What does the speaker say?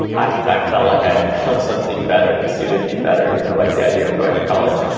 i i felt like i had found something better that suited me better, you know like the idea of going to college,